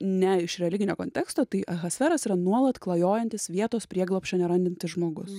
ne iš religinio konteksto tai ahasferas yra nuolat klajojantis vietos prieglobsčio nerandantis žmogus